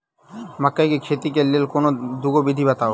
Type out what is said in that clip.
मकई केँ खेती केँ लेल कोनो दुगो विधि बताऊ?